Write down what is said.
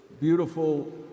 beautiful